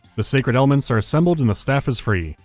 the sacred elements are assembled, and the staff is free.